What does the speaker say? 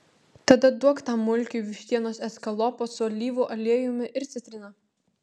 tada duok tam mulkiui vištienos eskalopo su alyvų aliejumi ir citrina